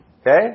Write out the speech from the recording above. okay